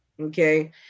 Okay